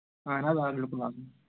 اَہَن حظ آ بِلکُل حظ